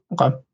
Okay